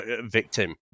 victim